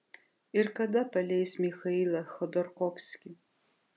ir kada paleis michailą chodorkovskį